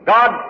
God